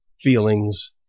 feelings